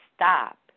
stop